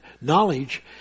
knowledge